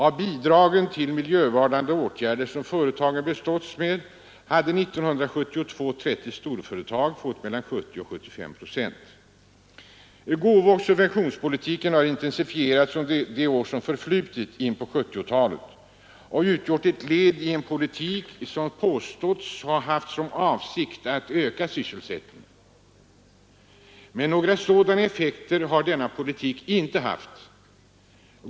Av bidragen till miljövårdande åtgärder som företagen beståtts med hade år 1972 30 storföretag fått mellan 70 och 75 procent. Gåvooch subventionspolitiken har intensifierats under de år som förflutit in på 1970-talet och utgjort ett led i en politik som påståtts ha haft som avsikt att öka sysselsättningen. Men några sådana effekter har denna politik inte haft.